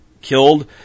killed